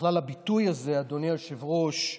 בכלל הביטוי הזה, אדוני היושב-ראש,